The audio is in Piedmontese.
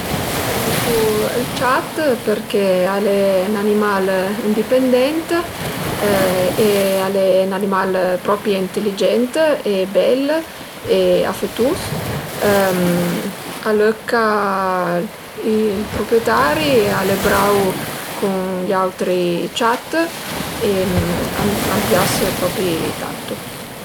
Pensu ël ciat përché al e 'n'animal indipendent e al e 'n'animal propi inteligent e bel e afëtus. A lëcca ël pruprietari e al e brau cun gl'autri ciat e a m'pias propi tantu